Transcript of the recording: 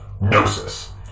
Gnosis